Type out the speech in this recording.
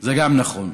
זה גם נכון.